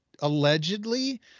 allegedly